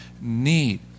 need